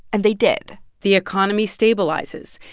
and they did the economy stabilizes,